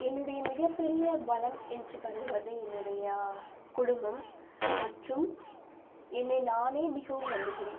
என்னுடைய மிகப்பெரிய பலம் என்று கருதுவது என்னுடைய குடும்பம் மற்றும் என்னை நானே மிகவும் நம்புகிறேன்